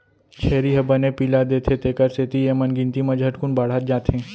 छेरी ह बने पिला देथे तेकर सेती एमन गिनती म झटकुन बाढ़त जाथें